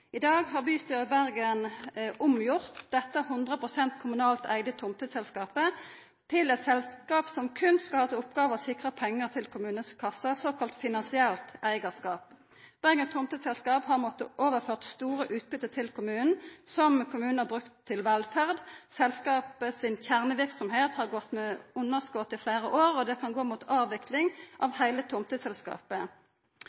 I dag har bystyret i Bergen omgjort dette 100 pst. kommunalt eigde tomteselskapet til eit selskap som berre skal ha til oppgåve å sikra pengar til kommunekassa, såkalla finansielt eigarskap. Bergen tomteselskap har måtta overført store utbytte til kommunen, som kommunen har brukt til velferd. Selskapet si kjerneverksemd har gått med underskot i fleire år, og det kan gå mot avvikling av